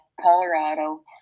Colorado